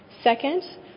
Second